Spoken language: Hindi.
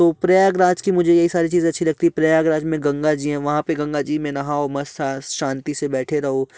वो प्रयागराज की मुझे यह सारी चीज अच्छी लगती प्रयागराज में गंगा जी वहाँ पर गंगा जी में नहाओ मस्त शांति से बैठे रहो